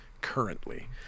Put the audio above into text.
currently